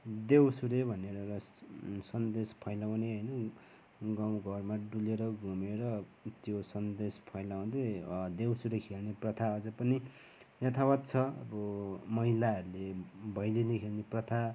देउसुरे भनेर र सन्देश फैलाउने होइन गाउँ घरमा डुलेर घुमेर त्यो सन्देश फैलाउँदै देउसुरे खेल्ने प्रथा अझै पनि यथावत छ अब महिलाहरूले भैलिनी खेल्ने प्रथा